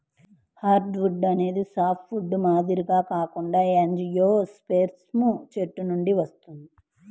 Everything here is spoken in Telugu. హార్డ్వుడ్ అనేది సాఫ్ట్వుడ్ మాదిరిగా కాకుండా యాంజియోస్పెర్మ్ చెట్ల నుండి వస్తుంది